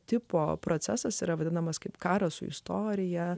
tipo procesas yra vadinamas kaip karo su istorija